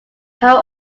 how